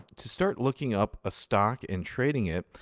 to start looking up a stock and trading it,